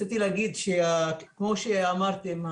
כמו שאמרתם,